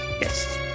yes